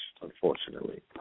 unfortunately